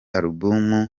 album